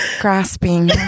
grasping